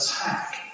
attack